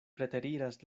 preteriras